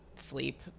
sleep